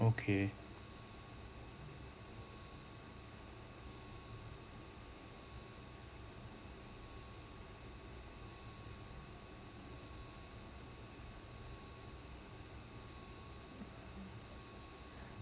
okay